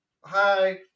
hi